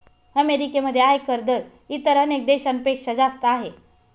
अमेरिकेमध्ये आयकर दर इतर अनेक देशांपेक्षा जास्त आहे